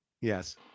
Yes